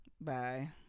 bye